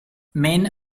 man